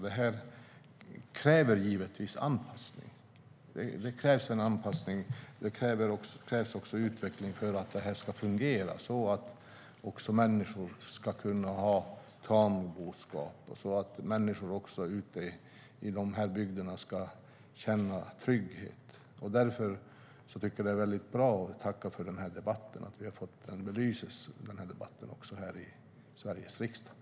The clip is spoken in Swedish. Det kräver givetvis anpassning och utveckling så att detta ska fungera, så att människor i dessa bygder kan hålla tamboskap och känna trygghet. Därför är det bra att frågan fått belysas i Sveriges riksdag. Jag tackar för debatten.